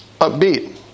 Upbeat